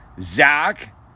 Zach